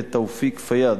מאת תאופיק פיאד,